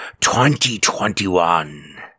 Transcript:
2021